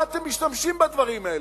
מה אתם משתמשים בדברים האלה?